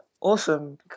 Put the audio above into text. awesome